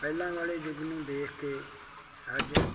ਪਹਿਲਾਂ ਵਾਲੇ ਯੁੱਗ ਨੂੰ ਦੇਖ ਕੇ ਅੱਜ